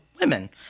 women